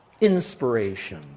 inspiration